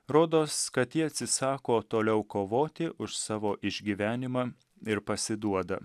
rodos kad ji atsisako toliau kovoti už savo išgyvenimą ir pasiduoda